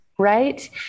right